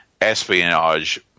espionage